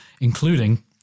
including